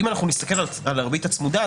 אם נסתכל על הריבית הצמודה,